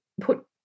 put